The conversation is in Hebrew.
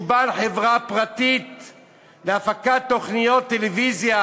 בעל חברה פרטית להפקת תוכניות טלוויזיה?